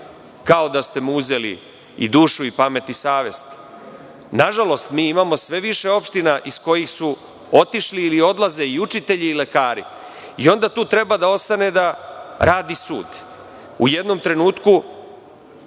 kao da ste mu uzeli i dušu i pamet i savest. Nažalost, mi imamo sve više opština iz kojih su otišli ili odlaze i učitelji i lekara i onda tu treba da ostane da radi sud. U jednom trenutku